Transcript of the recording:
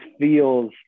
feels